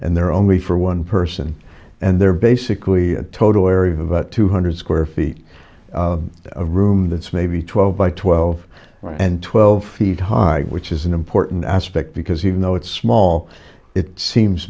and they're only for one person and they're basically a total area of about two hundred square feet of room that's maybe twelve by twelve and twelve feet high which is an important aspect because even though it's small it seems